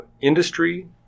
industry